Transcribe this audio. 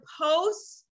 posts